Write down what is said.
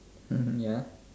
mm ya